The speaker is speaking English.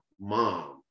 mom